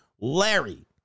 Larry